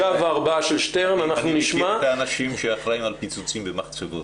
אני מכיר את האנשים שאחראים על פיצוצים במחצבות.